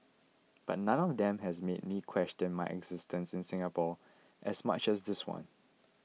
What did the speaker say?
but none of them has made me question my existence in Singapore as much this one